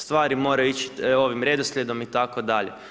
Stvari moju ići ovim redoslijedom itd.